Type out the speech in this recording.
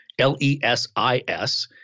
L-E-S-I-S